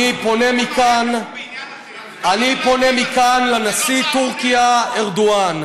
אני פונה מכאן לנשיא טורקיה ארדואן: